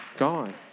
gone